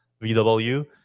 VW